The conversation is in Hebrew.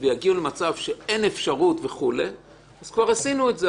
ויגיעו למצב שאין אפשרות אז כבר עשינו את זה.